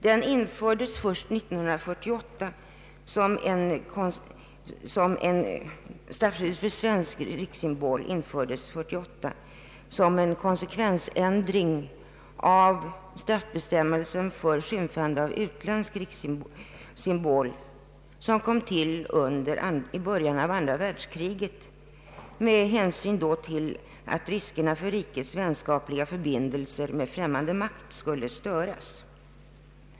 Den infördes vad svenska flaggan beträffar först 1948 som en konsekvensändring av straffbestämmelser för skymfandet av utländsk rikssymbol som kom till i början av andra världskriget med hänsyn till riskerna för att Sveriges vänskapliga förbindelser med främmande makt skulle störas.